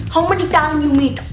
how many time you meet?